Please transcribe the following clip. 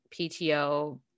pto